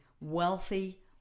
wealthy